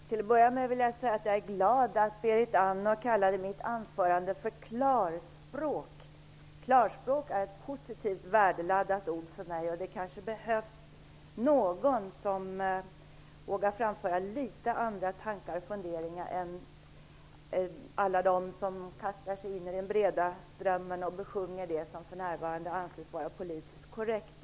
Herr talman! Jag är glad att Berit Andnor beträffande mitt anförande talade om klarspråk. Klarspråk är för mig ett positivt värdeladdat ord, och det behövs kanske någon som vågar framföra litet andra tankar och funderingar i stället för att bara kasta sig in i den breda strömmen i vårt land och besjunga det som för närvarande anses vara politiskt korrekt.